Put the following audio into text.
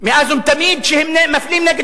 לא ערבים בלבד, גם כשהם קורבן, אלא בעיקר